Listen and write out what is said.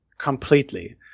completely